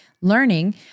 learning